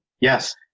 Yes